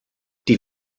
die